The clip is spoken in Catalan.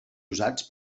usats